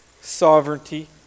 sovereignty